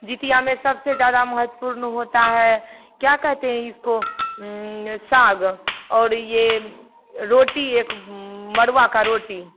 ज्यूतिया में सबसे ज्यादा महत्वपूर्ण होता है क्या कहते हैं इसको साग और ये रोटी एक मड़ूवा का रोटी